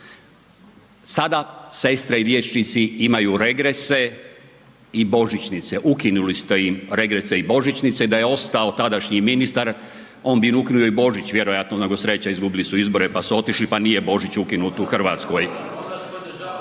Sada sestre i liječnici imaju regrese i božićnice. Ukinuli ste im regrese i božićnice, da je ostao tadašnji ministar on bi ukinuo i Božić vjerojatno, nego sreća izgubili su izbore pa su otišli pa nije Božić ukinut u Hrvatskoj.